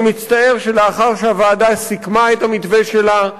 אני מצטער שלאחר שהוועדה סיכמה את המתווה שלה,